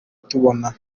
tubona